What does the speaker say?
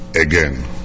again